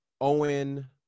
Owen